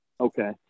Okay